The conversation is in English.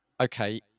okay